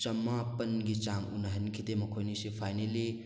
ꯆꯃꯥꯄꯜꯒꯤ ꯆꯥꯡ ꯎꯅꯍꯟꯈꯤꯗꯦ ꯃꯈꯣꯏꯅꯤꯁꯤ ꯐꯥꯏꯅꯦꯜꯂꯤ